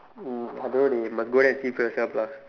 um I don't know dey you must go there and see for yourself lah